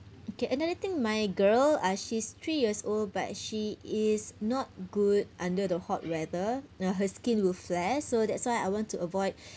okay another thing my girl uh she's three years old but she is not good under the hot weather uh her skin will flare so that's why I want to avoid